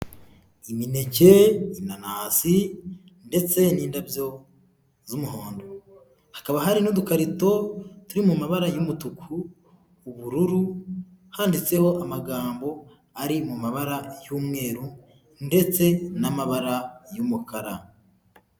Imineke, inanasi ndetse, n'indabyo z'umuhondo, hakaba hari n'udukarito turi mu mabara y'umutuku, ubururu, handitseho amagambo ari mu mabara y'umweru ndetse n'amabara y'umukara.